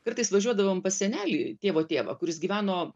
kartais važiuodavom pas senelį tėvo tėvą kuris gyveno